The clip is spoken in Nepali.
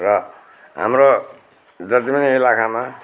र हाम्रो जति पनि इलाकामा